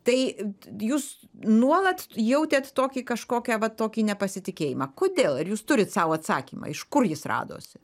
tai jūs nuolat jautėt tokį kažkokią va tokį nepasitikėjimą kodėl ar jūs turit sau atsakymą iš kur jis radosi